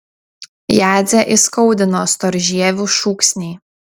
jadzę įskaudino storžievių šūksniai